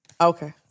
Okay